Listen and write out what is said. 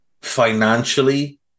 financially